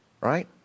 right